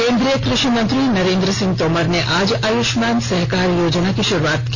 केन्द्रीय कृषि मंत्री नरेन्द्र सिंह तोमर ने आज आयुष्मान सहकार योजना की शुरूआत की